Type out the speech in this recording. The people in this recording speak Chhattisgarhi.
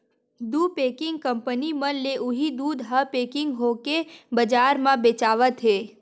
दू पेकिंग कंपनी मन ले उही दूद ह पेकिग होके बजार म बेचावत हे